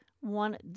one